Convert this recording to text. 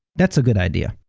that's a good idea.